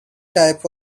types